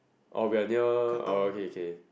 orh we are near orh okay K K